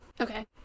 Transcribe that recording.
Okay